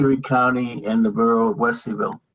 every county and in the rural west, he will